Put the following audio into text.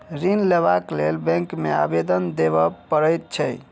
ऋण लेबाक लेल बैंक मे आवेदन देबय पड़ैत छै